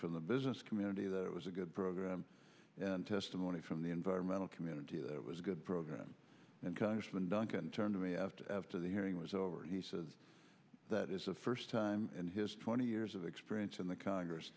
from the business community that it was a good program and testimony from the environmental community that was a good program and congressman duncan turned to me after after the hearing was over he said that is the first time in his twenty years of experience in the congress